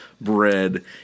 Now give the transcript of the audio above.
bread